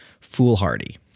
foolhardy